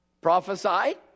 Prophesied